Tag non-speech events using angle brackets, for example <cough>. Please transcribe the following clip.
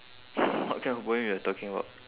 <laughs> what kind of poem you're talking about